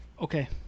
Okay